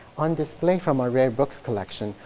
on display from our rare books collection,